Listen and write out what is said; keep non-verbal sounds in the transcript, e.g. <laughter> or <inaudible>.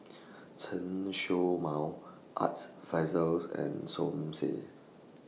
<noise> Chen Show Mao Arts Fazil's and Som Said